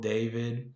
David